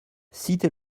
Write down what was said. cité